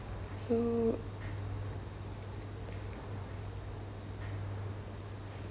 so